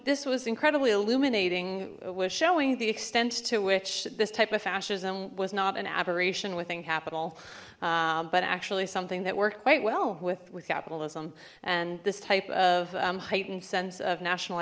this was incredibly illuminating was showing the extent to which this type of fascism was not an aberration within capital but actually something that worked quite well with with capitalism and this type of heightened sense of national